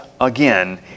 again